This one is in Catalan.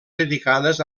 dedicades